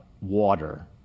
water